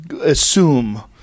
assume—